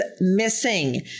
missing